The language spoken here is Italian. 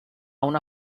una